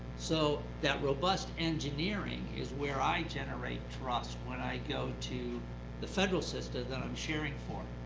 so that robust engineering is where i generate trust when i go to the federal system that i'm sharing for.